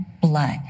blood